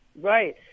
Right